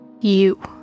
you